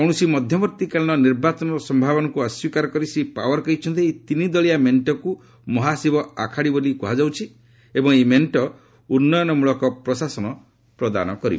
କୌଣସି ମଧ୍ୟବର୍ତ୍ତୀକାଳୀନ ନିର୍ବାଚନର ସମ୍ଭାବନାକୁ ଅସ୍ୱୀକାର କରି ଶ୍ରୀ ପାୱାର କହିଛନ୍ତି ଏହି ତିନି ଦଳିଆ ମେଣ୍ଟକୁ ମହାଶିବ ଅଘାଡ଼ି ଭାବେ ବିବେଚନା କରାଯାଉଛି ଏବଂ ଏହି ମେଣ୍ଟ ଉନ୍ନୟନ ମୂଳକ ପ୍ରଶାସନ ପ୍ରଦାନ କରିବ